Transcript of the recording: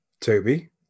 Toby